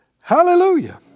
Hallelujah